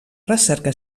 recerca